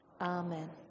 Amen